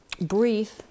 brief